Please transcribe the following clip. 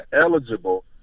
eligible